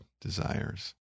desires